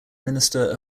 minister